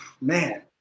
man